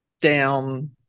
down